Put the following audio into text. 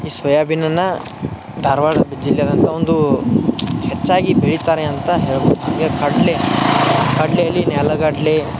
ಈ ಸೊಯಾಬೀನನ್ನು ಧಾರವಾಡ ಜಿಲ್ಲೆಯಾದ್ಯಂತ ಒಂದು ಹೆಚ್ಚಾಗಿ ಬೆಳಿತಾರೆ ಅಂತ ಹೇಳ್ಬೋದು ಈಗ ಕಡಲೆ ಕಡಲೆಯಲ್ಲಿ ನೆಲಗಡ್ಲೆ